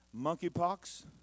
monkeypox